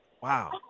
Wow